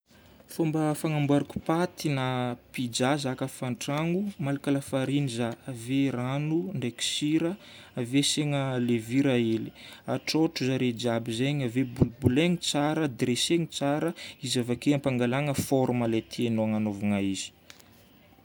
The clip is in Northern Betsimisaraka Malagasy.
Fomba fagnamboarako paty na pizza za ka fa an-tragno: malaka lafarinina za, ave rano ndraiky sira, ave asiagna lévure hely. Atrôtro zare jiaby zegny ave polipolegna tsara, dressegna tsara. Izy avake ampangalagna forme lay tianao hagnanovana izy.